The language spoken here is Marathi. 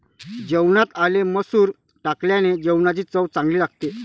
जेवणात आले मसूर टाकल्याने जेवणाची चव चांगली लागते